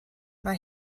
mae